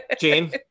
Jane